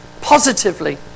Positively